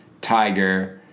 Tiger